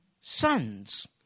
sons